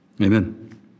Amen